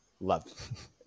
love